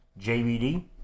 JVD